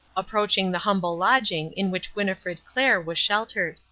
approaching the humble lodging in which winnifred clair was sheltered.